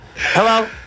Hello